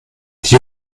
die